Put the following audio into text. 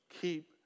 keep